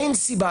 אין סיבה,